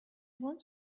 wants